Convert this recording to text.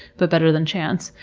but better than chance.